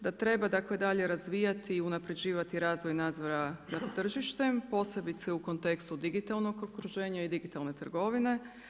Da treba dalje razvijati i unaprjeđivati razvoj nadzora nad tržištem posebice u kontekstu digitalnog okruženja i digitalne trgovine.